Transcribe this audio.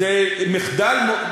כי המל"ל לא יודע על זה כלום.